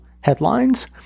headlines